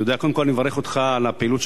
קודם כול אני מברך אותך על הפעילות שלך,